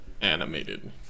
Animated